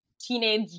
teenage